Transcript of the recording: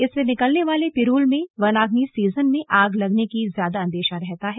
इससे निकलने वाले पिरूल में वनाग्नि सीजन में आग लगने की ज्यादा अंदेशा रहता है